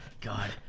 God